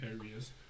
areas